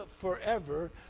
forever